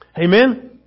Amen